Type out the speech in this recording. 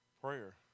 Prayer